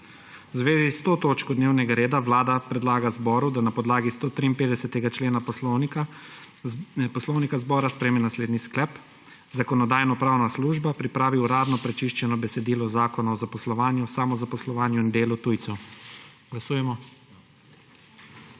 zvezi s to točko dnevnega reda Vlada predlaga Državnemu zboru, da na podlagi 153. člena poslovnika zbora sprejme naslednji sklep: Zakonodajno-pravna služba pripravi uradno prečiščeno besedilo Zakona o zaposlovanju, samozaposlovanju in delu tujcev. Glasujemo.